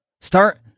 Start